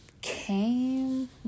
came